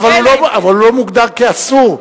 אבל הוא לא מוגדר כאסור.